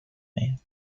man